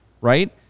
right